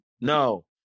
No